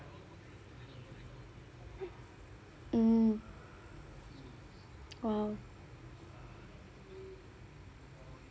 mm !wow!